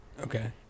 okay